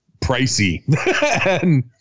pricey